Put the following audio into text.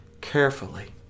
carefully